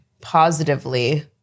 positively